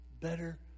better